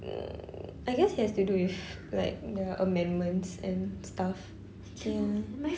mm I guess has to do with like their amendments and stuff ya